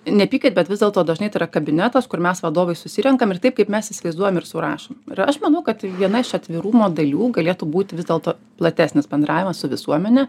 nepykit bet vis dėlto dažnai tai yra kabinetas kur mes vadovai susirenkam ir taip kaip mes įsivaizduojam ir surašom ir aš manau kad viena iš atvirumo dalių galėtų būti vis dėlto platesnis bendravimas su visuomene